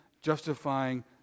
justifying